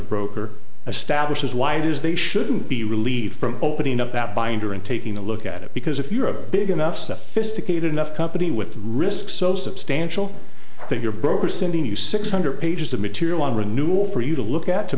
broker a status is why it is they shouldn't be relieved from opening up that binder and taking a look at it because if you're a big enough sophisticated enough company with risk so substantial that your broker sending you six hundred pages of material on renewal for you to look at to